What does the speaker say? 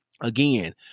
Again